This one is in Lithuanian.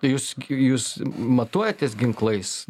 jūs jūs matuojatės ginklais